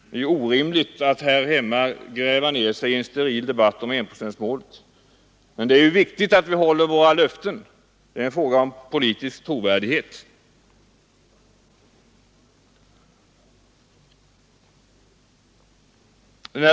Det är orimligt att här hemma gräva ned sig i en debatt om enprocentsmålet. Men det är viktigt att vi håller våra löften — det är en fråga om politisk trovärdighet.